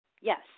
Yes